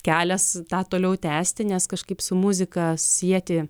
kelias tą toliau tęsti nes kažkaip su muzika sieti